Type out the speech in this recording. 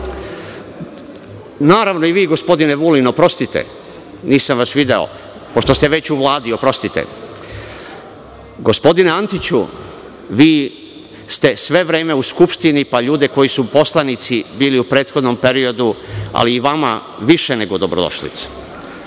Naravno i vi, gospodine Vulin, nisam vas video, oprostite, pošto ste već u Vladi. Gospodine Antiću, vi ste sve vreme u Skupštini, pa ljude koji su poslanici bili u prethodnom periodu, ali i vama više nego dobrodošlicu. Uzgred